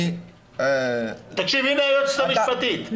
הנה היועצת המשפטית.